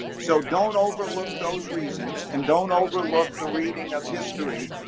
so don't overlook those reasons, and don't overlook the reading of history,